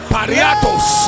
Pariatos